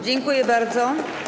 Dziękuję bardzo.